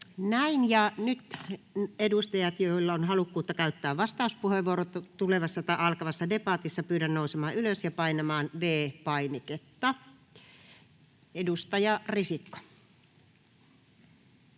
Näin. — Nyt niitä edustajia, joilla on halukkuutta käyttää vastauspuheenvuoro alkavassa debatissa, pyydän nousemaan ylös ja painamaan V-painiketta. — Edustaja Risikko.